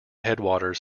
headwaters